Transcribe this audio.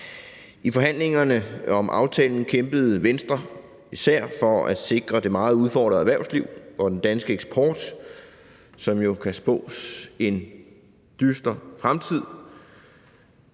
I forhandlingerne om aftalen kæmpede Venstre især for at sikre det meget udfordrede erhvervsliv og den danske eksport, som jo kan spås en dyster fremtid.